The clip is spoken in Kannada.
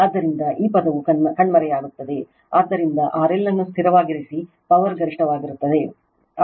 ಆದ್ದರಿಂದ ಈ ಪದವು ಕಣ್ಮರೆಯಾಗುತ್ತದೆ ಆದ್ದರಿಂದ RLಅನ್ನು ಸ್ಥಿರವಾಗಿರಿಸಿದರೆ ಪವರ್ ಗರಿಷ್ಠವಾಗಿರುತ್ತದೆ